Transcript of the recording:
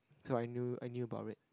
so I knew I knew about it